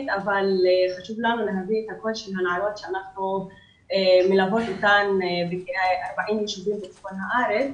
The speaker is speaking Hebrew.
אבל חשוב לנו להביא את הקושי של הנערות שאנחנו מלוות אותן בצפון הארץ.